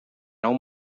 nou